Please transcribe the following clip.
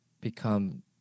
become